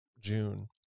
June